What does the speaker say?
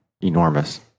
enormous